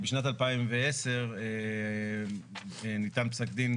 בשנת 2010 ניתן פסק דין,